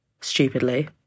stupidly